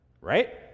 Right